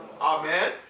Amen